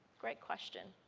great question.